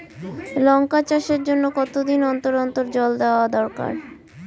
লঙ্কা চাষের জন্যে কতদিন অন্তর অন্তর জল দেওয়া দরকার?